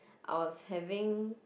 I was having